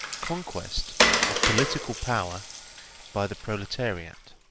conquest of political power by the proletariat.